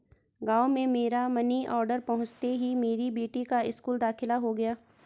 गांव में मेरा मनी ऑर्डर पहुंचते ही मेरी बेटी का स्कूल में दाखिला हो गया